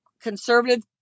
conservative